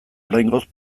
oraingoz